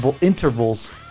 intervals